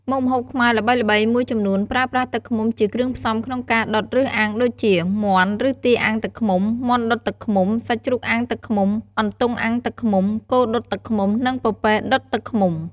មុខម្ហូបខ្មែរល្បីៗមួយចំនួនប្រើប្រាស់ទឹកឃ្មុំជាគ្រឿងផ្សំក្នុងការដុតឬអាំងដូចជា មាន់ឬទាអាំងទឹកឃ្មុំ មាន់ដុតទឹកឃ្មុំ សាច់ជ្រូកអាំងទឹកឃ្មុំ អន្ទង់អាំងទឹកឃ្មុំ គោដុតទឹកឃ្មុំ និងពពែដុតទឹកឃ្មុំ។